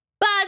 buzz